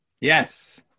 Yes